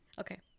okay